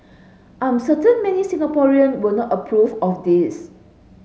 I am certain many Singaporean will not approve of this